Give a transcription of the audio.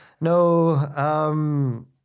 No